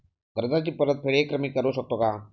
कर्जाची परतफेड एकरकमी करू शकतो का?